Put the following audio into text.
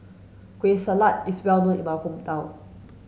kueh salat is well known in my hometown